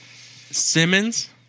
Simmons